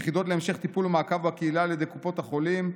יחידות להמשך טיפול ומעקב בקהילה על ידי קופות החולים,